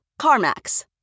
CarMax